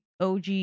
OG